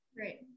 Right